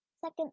Second